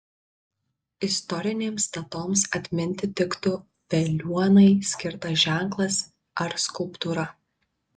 istorinėms datoms atminti tiktų veliuonai skirtas ženklas ar skulptūra